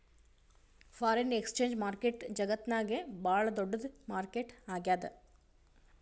foreign exchange market ಜಗತ್ತ್ನಾಗೆ ಭಾಳ್ ದೊಡ್ಡದ್ ಮಾರುಕಟ್ಟೆ ಆಗ್ಯಾದ